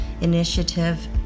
initiative